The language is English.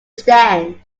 stand